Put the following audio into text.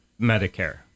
Medicare